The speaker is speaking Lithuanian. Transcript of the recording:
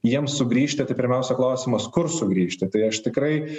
jiems sugrįžti tai pirmiausia klausimas kur sugrįžti tai aš tikrai